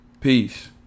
Peace